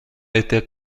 été